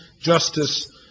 justice